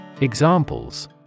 Examples